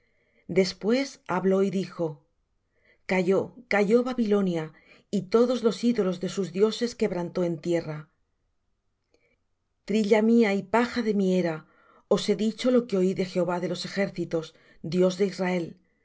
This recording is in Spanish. después habló y dijo cayó cayó babilonia y todos los ídolos de sus dioses quebrantó en tierra trilla mía y paja de mi era os he dicho lo que oí de jehová de los ejércitos dios de israel